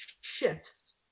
shifts